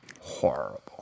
horrible